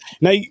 Now